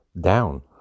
down